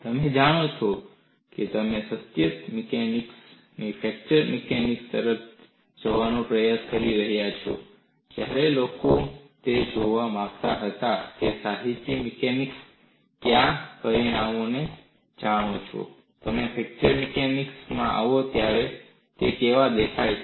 તમે જાણો છો કે જ્યારે તમે સાતત્ય મિકેનિક્સથી ફ્રેકચર મિકેનિક્સ તરફ જવાનો પ્રયાસ કરી રહ્યા છો ત્યારે લોકો તે જોવા માંગતા હતા કે તમે સાતત્ય મિકેનિક્સમાં કયા પરિમાણોને જાણો છો જ્યારે તમે ફ્રેક્ચર મિકેનિક્સ માં આવો ત્યારે તેઓ કેવા દેખાય છે